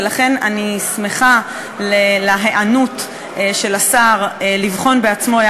ולכן אני שמחה על ההיענות של השר לבחון בעצמו שוב,